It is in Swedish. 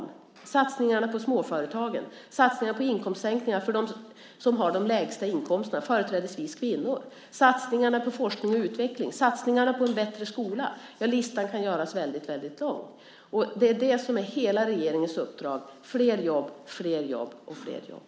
Vi har satsningarna på småföretagen, satsningar på dem som har de lägsta inkomsterna, företrädesvis kvinnor. Vi har satsningarna på forskning och utveckling, satsningarna på en bättre skola. Listan kan göras väldigt lång. Det är det som är hela regeringens uppdrag: Flera jobb, flera jobb och flera jobb.